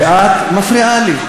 ואת מפריעה לי.